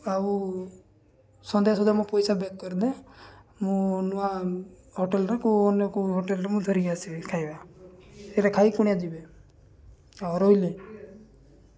ଆଉ ସନ୍ଧ୍ୟା ସୁଦ୍ଧା ମୋ ପଇସା ବ୍ୟାକ୍ କରିଦେ ମୁଁ ନୂଆ ହୋଟେଲରେ କେଉଁ ଅନ୍ୟ କେଉଁ ହୋଟେଲରେ ମୁଁ ଧରିକି ଆସିବି ଖାଇବା ସେଇଟା ଖାଇ କୁଣିଆ ଯିବେ ଆଉ ରହିଲି